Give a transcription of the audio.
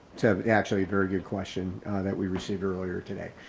to actually very good question that we received earlier today.